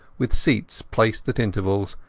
with seats placed at intervals,